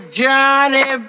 johnny